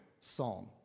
psalm